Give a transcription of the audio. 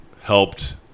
helped